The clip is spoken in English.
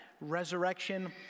resurrection